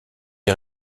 est